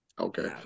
Okay